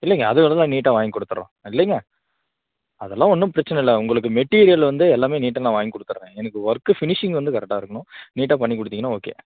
இல்லைங்க அது வர்றதெல்லாம் நீட்டாக வாங்கி கொடுத்துர்றோம் இல்லைங்க அதெல்லாம் ஒன்றும் பிரச்சினை இல்லை உங்களுக்கு மெட்டீரியல் வந்து எல்லாமே நீட்டாக நான் வாங்கி கொடுத்துர்றேன் எனக்கு ஒர்க்கு ஃபினிஷிங் வந்து கரெக்டாக இருக்கணும் நீட்டாக பண்ணி கொடுத்தீங்கன்னா ஓகே